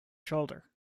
shoulder